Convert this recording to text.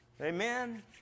Amen